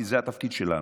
כי זה התפקיד שלנו.